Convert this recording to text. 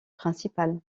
principal